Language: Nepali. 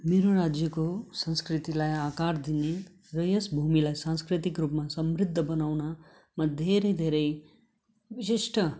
मेरो राज्यको संस्कृतिलाई आकार दिने र यस भूमिलाई सांस्कृतिक रूपमा समृद्ध बनाउनमा धेरै धेरै विशिष्ट